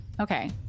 Okay